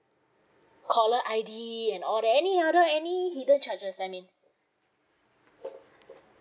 caller I_D and all that any other any hidden charges any